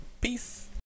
peace